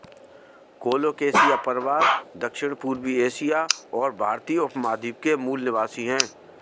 colocasia परिवार दक्षिणपूर्वी Asia और भारतीय उपमहाद्वीप के मूल निवासी है